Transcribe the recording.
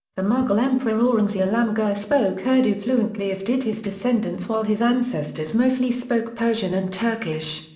the mughal emperor aurangzeb alamgir spoke urdu fluently as did his descendents while his ancestors mostly spoke persian and turkish.